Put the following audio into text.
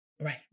Right